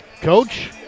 Coach